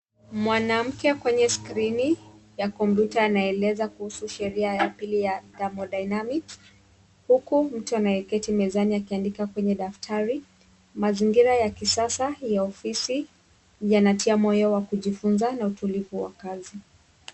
Mwanamke kwenye skrini ya kompyuta anaeleza kuhusu sheria ya pili ya Thermodynamics huku mtu anayeketi mezani akiandika kwenye daftari. Mazingira ya kisasa ya ofisi yanatia moyo wa kujifunza na utulivu wa kazi.